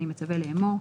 אני מצווה לאמור: